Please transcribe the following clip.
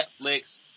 Netflix